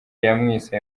yamwise